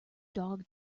dog